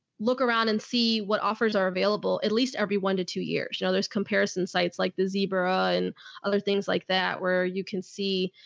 look around and see what offers are available at least every one to two years. you know, there's comparison sites like the zebra and other things like that where you can see,